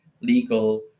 legal